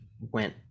went